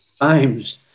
times